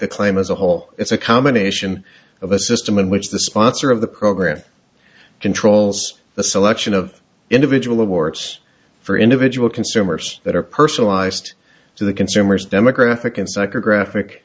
the claim as a whole it's a combination of a system in which the sponsor of the program controls the selection of individual awards for individual consumers that are personalized to the consumers demographic and psychographic